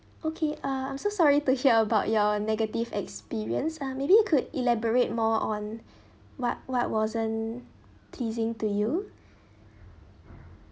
okay uh I'm so sorry to hear about your negative experience ah maybe you could elaborate more on what what wasn't pleasing to you